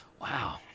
Wow